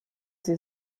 sie